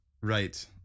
Right